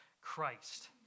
Christ